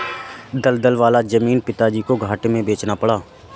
दलदल वाला जमीन पिताजी को घाटे में बेचना पड़ा